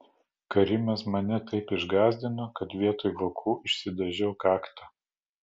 karimas mane taip išgąsdino kad vietoj vokų išsidažiau kaktą